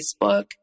Facebook